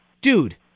Dude